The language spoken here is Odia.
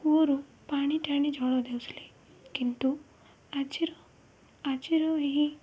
କୂଅରୁ ପାଣିଠାଣି ଜଳ ଦେଉଥିଲେ କିନ୍ତୁ ଆଜିର ଆଜିର ଏହି